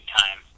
time